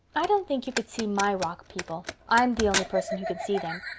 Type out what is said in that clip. i don't think you could see my rock people. i'm the only person who can see them.